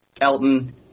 Elton